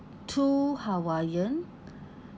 two hawaiian